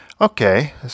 Okay